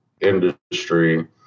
industry